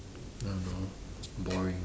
I don't know boring